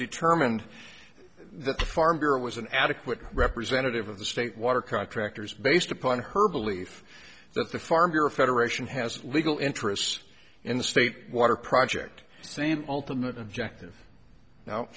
determine and the farmer was an adequate representative of the state water contractors based upon her belief that the farmer federation has legal interests in the state water project same ultimate objective now